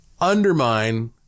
undermine